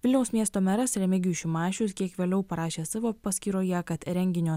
vilniaus miesto meras remigijus šimašius kiek vėliau parašė savo paskyroje kad renginio